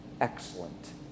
excellent